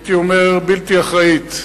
הייתי אומר בלתי אחראית,